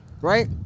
Right